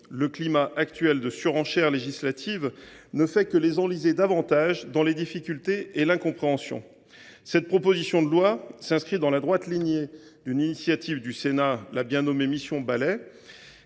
Le climat actuel de surenchère législative ne fait que les enliser davantage dans les difficultés et l’incompréhension. Cette proposition de loi s’inscrit dans la droite ligne d’une initiative du Sénat, la bien nommée mission Balai,